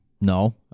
No